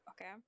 okay